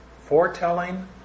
foretelling